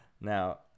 Now